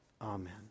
Amen